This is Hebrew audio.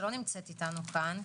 שלא נמצאת אתנו כאן,